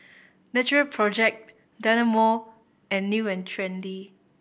Natural Project Dynamo and New and Trendy